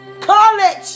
college